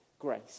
grace